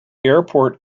airport